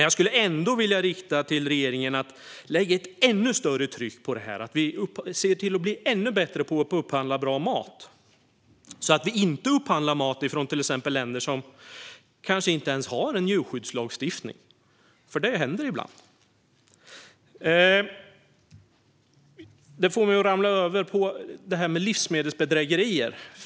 Jag skulle ändå vilja rikta en uppmaning till regeringen att sätta ännu större tryck på det här så att vi ser till att bli ännu bättre på att upphandla bra mat. Vi ska inte upphandla mat från länder som till exempel inte ens har en djurskyddslagstiftning, vilket förekommer. Det får mig att komma in på det här med livsmedelsbedrägerier.